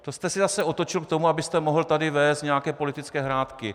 To jste si zase otočil k tomu, abyste mohl tady vést nějaké politické hrátky.